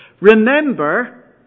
remember